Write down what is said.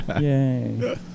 Yay